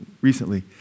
Recently